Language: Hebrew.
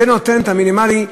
זה נותן את המינימלי.